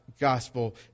Gospel